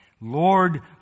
Lord